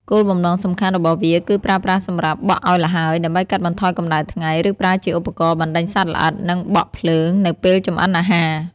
គោលបំណងសំខាន់របស់វាគឺប្រើប្រាស់សម្រាប់ បក់ឱ្យល្ហើយ ដើម្បីកាត់បន្ថយកម្ដៅថ្ងៃ ឬប្រើជាឧបករណ៍ បណ្ដេញសត្វល្អិត និង បក់ភ្លើង នៅពេលចម្អិនអាហារ។